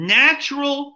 natural